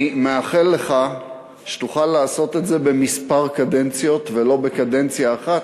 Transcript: אני מאחל לך שתוכל לעשות את זה בכמה קדנציות ולא בקדנציה אחת,